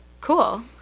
cool